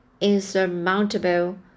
insurmountable